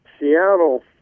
Seattle